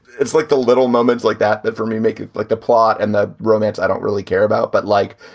it's like the little moments like that but for me. make it like the plot and the romance. i don't really care about. but like,